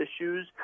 issues